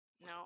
no